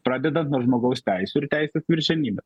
pradedant nuo žmogaus teisių ir teisės viršenybe